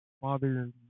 father